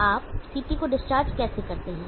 आप CT को discharge कैसे करते हैं